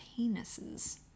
penises